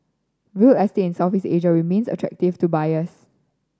real estate in Southeast Asia remains attractive to buyers